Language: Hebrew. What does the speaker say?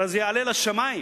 הרי זה יעלה לשמים.